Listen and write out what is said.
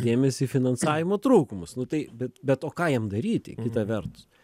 dėmesį į finansavimo trūkumus nu tai bet bet o ką jiem daryti kita vertus